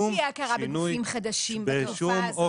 לא תהיה הכרה בגופים חדשים בתקופה הזאת,